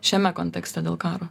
šiame kontekste dėl karo